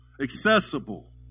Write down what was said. Accessible